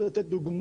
דבר